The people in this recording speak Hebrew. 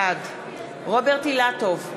בעד רוברט אילטוב,